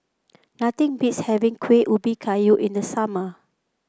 nothing beats having Kuih Ubi Kayu in the summer